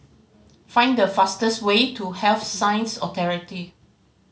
find the fastest way to Health Science Authority